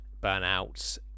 burnouts